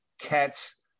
Cats